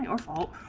and default